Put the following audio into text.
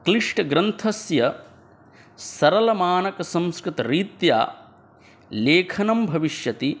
क्लिष्टग्रन्थस्य सरलमानकसंस्कृतरीत्या लेखनं भविष्यति